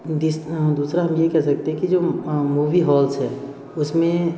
this दूसरा हम ये कह सकते हैं कि जो मूवी हॉल्स हैं उसमें